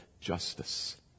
justice